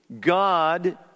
God